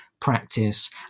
practice